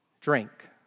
drink